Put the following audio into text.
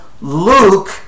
Luke